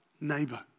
neighbor